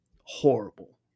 horrible